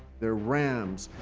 their rams,